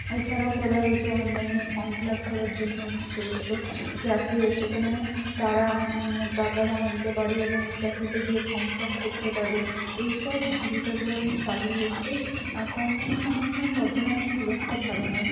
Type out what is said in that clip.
এছাড়াও খোলা হয়েছে অনলাইনে ফর্ম ফিলাপ করার জন্য ছোট ছোট ক্যাফে সেখানে তারা টাকা জমা দিতে পারে এবং ক্যাফেতে গিয়ে ফর্ম ফিলাপ করতে পারে এইসব জীবিকাগুলো এখন চালু হয়েছে আর কর্মসংস্থান বর্ধমানে খুব একটা ভালো নয়